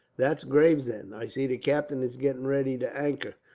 that's gravesend. i see the captain is getting ready to anchor.